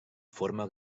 forma